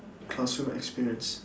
classroom experience